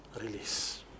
release